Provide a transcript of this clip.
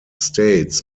states